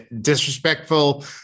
disrespectful